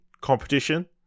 competition